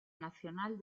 nacional